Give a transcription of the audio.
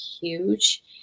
huge